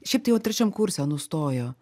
šiaip tai jau trečiam kurse nustojo